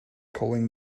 calling